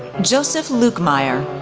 joseph lukemire,